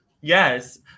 yes